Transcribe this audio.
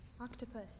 octopus